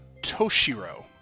Toshiro